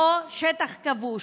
או "שטח כבוש".